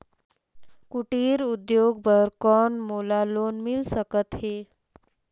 कुटीर उद्योग बर कौन मोला लोन मिल सकत हे?